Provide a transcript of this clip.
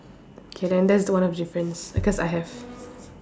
k then that's the one of the difference cause I have